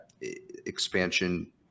expansion